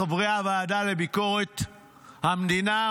חברי הוועדה לביקורת המדינה,